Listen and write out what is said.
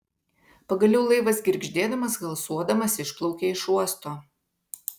pagaliau laivas girgždėdamas halsuodamas išplaukė iš uosto